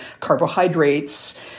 carbohydrates